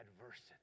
adversity